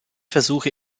versuche